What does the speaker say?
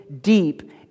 deep